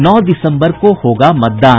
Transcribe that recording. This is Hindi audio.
नौ दिसम्बर को होगा मतदान